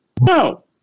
No